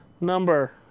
number